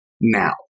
now